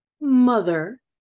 Mother